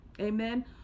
Amen